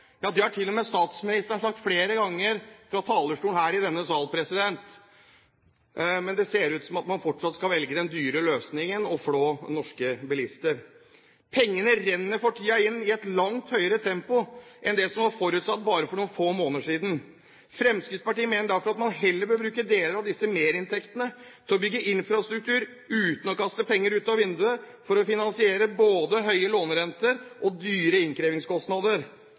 ja det har til og med statsministeren sagt flere ganger fra talerstolen her i denne sal. Men det ser ut til at man fortsatt skal velge den dyre løsningen og flå norske bilister. Pengene renner for tiden inn i et langt høyere tempo enn det som var forutsatt bare for noen få måneder siden. Fremskrittspartiet mener derfor at man heller bør bruke deler av disse merinntektene til å bygge infrastruktur uten å kaste penger ut av vinduet, for å finansiere både høye lånerenter og dyre innkrevingskostnader.